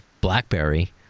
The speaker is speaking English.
Blackberry